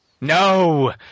No